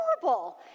horrible